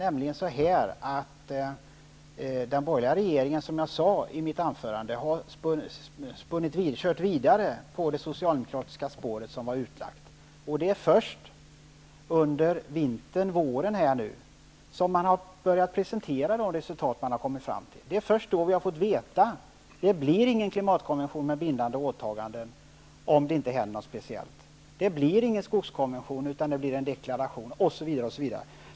Den borgerliga regeringen har, som jag sade i mitt anförande, kört vidare på det utlagda socialdemokratiska spåret. Det är nu först under vintern och våren som man har börjat presentera de resultat man har kommit fram till. Det är först nu vi har fått veta att det inte kommer att bli någon klimatkonvention med bindande åtagande om det inte händer något speciellt, det blir ingen skogskonvention utan det blir en deklaration, osv.